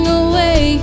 away